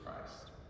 Christ